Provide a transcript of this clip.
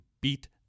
beat